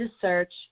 search